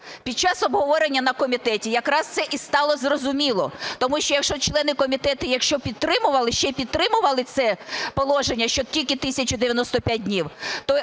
Під час обговорення на комітеті якраз це і стало зрозуміло, тому що, якщо члени комітету підтримували, ще підтримували це положення, що тільки 1095 днів,